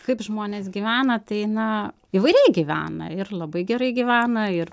kaip žmonės gyvena tai na įvairiai gyvena ir labai gerai gyvena ir